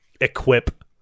equip